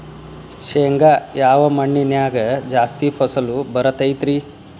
ಶೇಂಗಾ ಯಾವ ಮಣ್ಣಿನ್ಯಾಗ ಜಾಸ್ತಿ ಫಸಲು ಬರತೈತ್ರಿ?